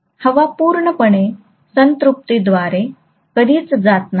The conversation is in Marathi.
हवा पूर्णपणे संतृप्तिद्वारे कधीच जात नाही